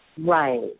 Right